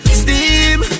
steam